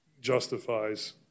justifies